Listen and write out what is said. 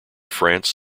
france